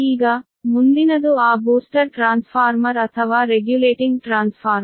ಈಗ ಮುಂದಿನದು ಆ ಬೂಸ್ಟರ್ ಟ್ರಾನ್ಸ್ಫಾರ್ಮರ್ ಅಥವಾ ರೆಗ್ಯುಲೇಟಿಂಗ್ ಟ್ರಾನ್ಸ್ಫಾರ್ಮರ್